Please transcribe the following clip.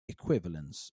equivalence